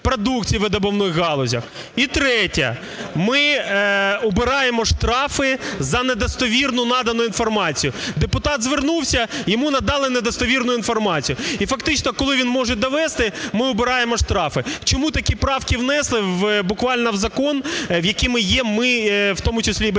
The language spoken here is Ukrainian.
І третє. Ми убираємо штрафи за недостовірну надану інформацію. Депутат звернувся, йому надали недостовірну інформацію. І фактично, коли він може довести, ми убираємо штрафи. Чому такі правки внесли буквально в закон, якими є ми, в тому числі і